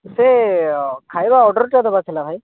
ସେ ଖାଇବା ଅର୍ଡ଼ରଟା ଦେବାର ଥିଲା ଭାଇ